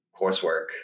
coursework